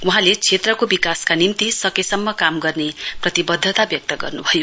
वहाँले क्षेत्रको विकासका निम्ति सकेसम्म काम गर्ने प्रतिबद्धता व्यक्त गर्नुभयो